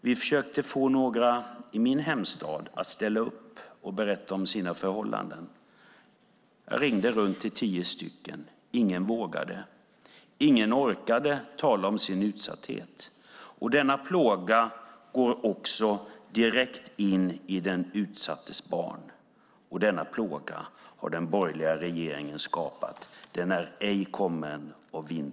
Vi försökte få några i min hemstad att ställa upp och berätta om sina förhållanden. Jag ringde till tio personer. Ingen vågade och ingen orkade tala om sin utsatthet. Denna plåga går direkt in i den utsattes barn. Denna plåga har den borgerliga regeringen skapat. Den är ej kommen av vinter och vind.